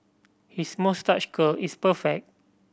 his moustache curl is perfect